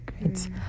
Great